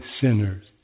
sinners